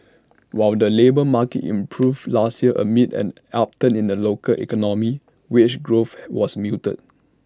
while the labour market improved last year amid an upturn in the local economy wage growth was muted